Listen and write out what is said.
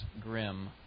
grim